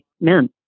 men